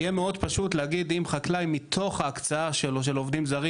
יהיה מאוד פשוט להגיד אם חקלאי מתוך ההקצאה שלו של עובדים זרים,